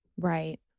Right